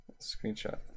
Screenshot